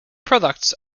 products